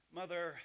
mother